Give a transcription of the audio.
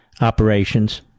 Operations